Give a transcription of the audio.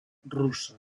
russa